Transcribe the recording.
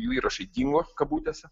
jų įrašai kabutėse